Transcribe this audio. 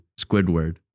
squidward